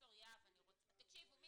הנה יש לנו פה ילדה --- תקשיבו,